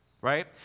right